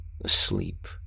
asleep